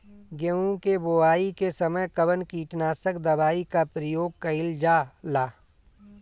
गेहूं के बोआई के समय कवन किटनाशक दवाई का प्रयोग कइल जा ला?